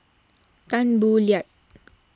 Tan Boo Liat